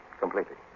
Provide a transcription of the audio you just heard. Completely